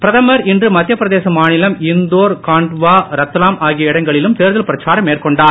பிரதமர் இன்று மத்தியப் பிரதேச மாநிலம் இந்தூர் கண்ட்வா ரட்லாம் ஆகிய இடங்களிலும் தேர்தல் பிரச்சாரம் மேற்கொண்டார்